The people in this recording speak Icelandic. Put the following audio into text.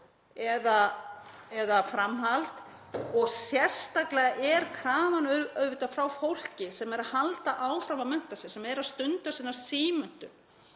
eða framhald. Sérstaklega er krafan auðvitað frá fólki sem er að halda áfram að mennta sig, sem er að stunda sína símenntun